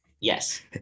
Yes